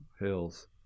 hills